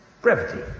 brevity